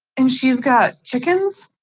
and she's got chickens,